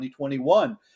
2021